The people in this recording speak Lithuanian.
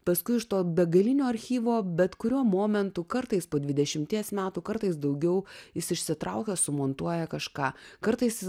paskui iš to begalinio archyvo bet kuriuo momentu kartais po dvidešimties metų kartais daugiau jis išsitraukia sumontuoja kažką kartais